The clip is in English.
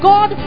God